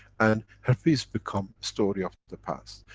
and herpes become story of the past.